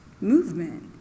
movement